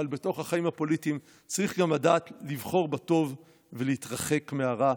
אבל בתוך החיים הפוליטיים צריך גם לדעת לבחור בטוב ולהתרחק מהרע,